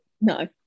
no